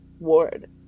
ward